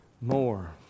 more